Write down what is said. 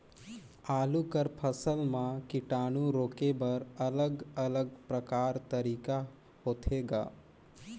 आलू कर फसल म कीटाणु रोके बर अलग अलग प्रकार तरीका होथे ग?